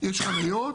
יש חנויות,